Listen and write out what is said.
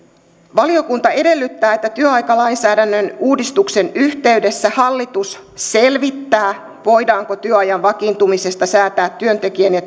valiokunta edellyttää että työaikalainsäädännön uudistuksen yhteydessä hallitus selvittää voidaanko työajan vakiintumisesta säätää työntekijän ja